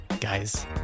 guys